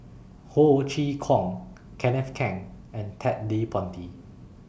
Ho Chee Kong Kenneth Keng and Ted De Ponti